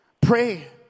pray